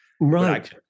Right